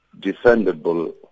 defendable